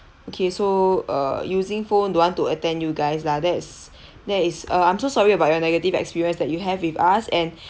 okay so uh using phone don't want to attend you guys lah that is that is uh I'm so sorry about your negative experience that you have with us and